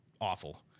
awful